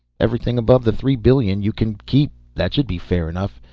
everything above the three billion you can keep, that should be fair enough.